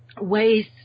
ways